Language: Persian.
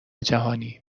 جهانی